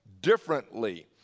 differently